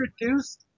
introduced